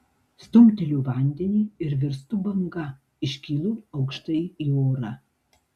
stumteliu vandenį ir virstu banga iškylu aukštai į orą